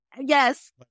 Yes